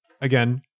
again